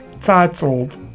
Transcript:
titled